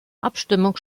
abstimmung